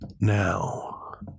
Now